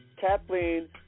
Kathleen